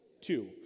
Two